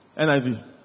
NIV